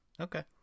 Okay